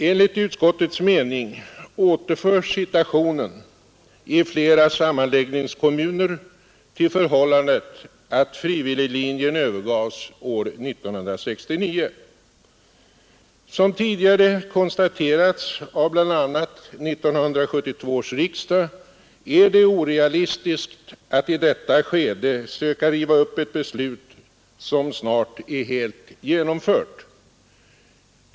Enligt utskottets mening återförs situationen i flera sammanläggningskommuner till förhållandet att frivilliglinjen övergavs år 1969. Som tidigare konstaterats av bl.a. 1972 års riksdag är det orealistiskt att i detta skede söka riva upp ett beslut som snart är helt genomfört.